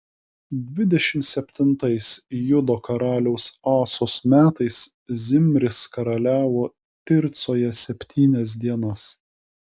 dvidešimt septintais judo karaliaus asos metais zimris karaliavo tircoje septynias dienas